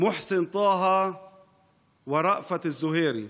מוחסן טאהא וראפת אלזוהירי.